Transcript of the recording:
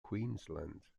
queensland